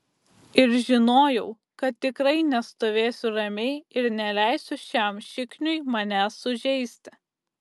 ir žinojau kad tikrai nestovėsiu ramiai ir neleisiu šiam šikniui manęs sužeisti